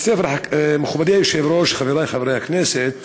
מכובדי היושב-ראש, חבריי חברי הכנסת,